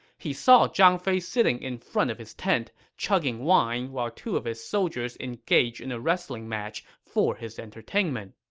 he saw zhang fei sitting in front of his tent, chugging wine while two of his soldiers engaged in a wrestling match for his entertainment